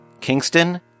Kingston